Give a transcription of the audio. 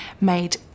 made